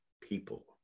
people